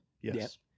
Yes